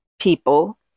people